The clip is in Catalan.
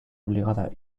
obligada